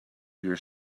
your